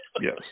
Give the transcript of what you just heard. Yes